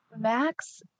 Max